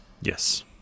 Yes